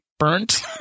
Burnt